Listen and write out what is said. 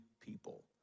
people